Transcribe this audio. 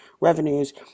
revenues